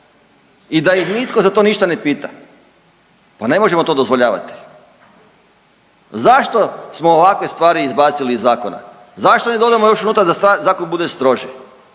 i da ih nitko za to ništa ne pita, pa ne možemo to dozvoljavati. Zašto smo ovakve stvari izbacili iz zakona, zašto ne dodamo još unutra da zakon bude stroži,